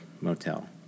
motel